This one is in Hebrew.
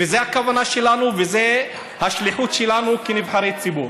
וזאת הכוונה שלנו וזאת השליחות שלנו כנבחרי ציבור,